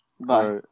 Bye